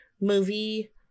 movie